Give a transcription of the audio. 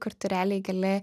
kur tu realiai gali